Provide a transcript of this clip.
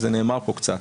וזה נאמר פה קצת,